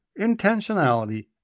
intentionality